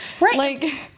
Right